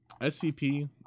SCP